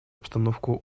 обстановку